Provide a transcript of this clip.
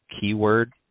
keyword